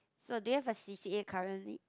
so do you have a C_C_A currently